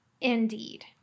Indeed